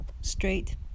straight